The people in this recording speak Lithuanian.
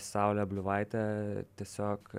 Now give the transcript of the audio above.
saule bliuvaite tiesiog